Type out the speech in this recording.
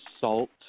salt